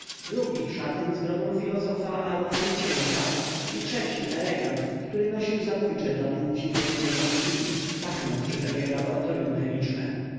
drugi szatyn z brodą filozofa a ruchami księcia i trzeci elegant który nosił zabójcze dla płci pięknej wąsiki pachnąc przy tem jak laboratoryum chemiczne